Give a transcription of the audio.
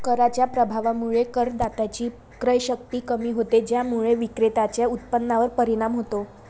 कराच्या प्रभावामुळे करदात्याची क्रयशक्ती कमी होते, ज्यामुळे विक्रेत्याच्या उत्पन्नावर परिणाम होतो